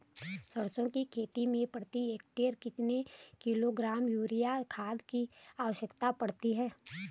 सरसों की खेती में प्रति एकड़ कितने किलोग्राम यूरिया खाद की आवश्यकता पड़ती है?